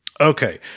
Okay